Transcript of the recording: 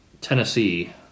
Tennessee